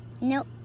Nope